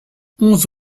onze